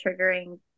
triggering